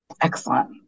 Excellent